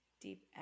Deep